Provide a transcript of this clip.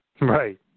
Right